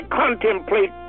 contemplate